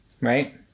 right